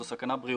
זו סכנה בריאותית